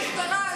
שר המשטרה,